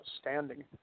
standing